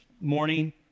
morning